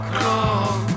come